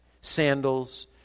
sandals